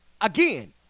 again